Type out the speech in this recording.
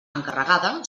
encarregada